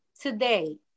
today